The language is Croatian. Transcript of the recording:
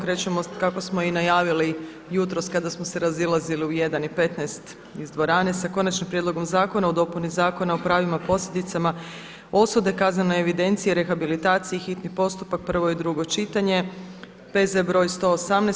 Krećemo kako smo i najavili jutros kada smo se razilazili u 1,15 iz dvorane sa - Konačni prijedlog zakona o dopuni Zakona o pravnim posljedicama osude, kaznenoj evidenciji i rehabilitaciji, hitni postupak, prvo i drugo čitanje, P.Z. br. 118.